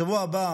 בשבוע הבא